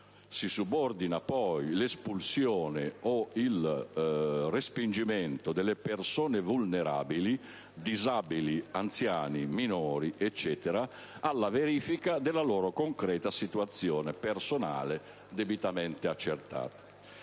Si subordina poi l'espulsione o il respingimento delle persone vulnerabili, disabili, anziani, minori e così via alla verifica della loro concreta situazione personale, debitamente accertata.